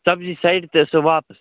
سبزی سڈِ تہٕ سۅ واپس